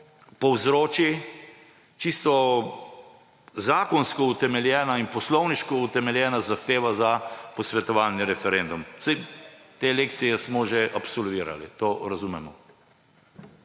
povzroči čisto zakonsko utemeljena in poslovniško utemeljena zahteva za posvetovalni referendum. Saj te lekcije smo že absolvirali, to razumemo.